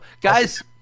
Guys